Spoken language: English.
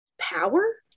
power